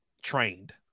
trained